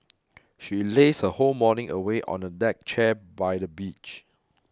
she lazed her whole morning away on a deck chair by the beach